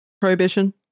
prohibition